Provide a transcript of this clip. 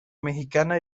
mexicana